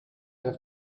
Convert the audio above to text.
have